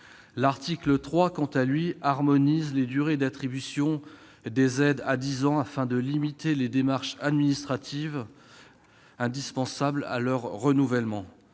L'article 3, quant à lui, harmonise les durées d'attribution des aides à dix ans afin de limiter les démarches administratives indispensables à leur renouvellement.